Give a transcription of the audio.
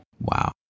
Wow